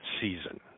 season